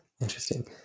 Interesting